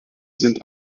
sind